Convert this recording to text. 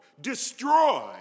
destroy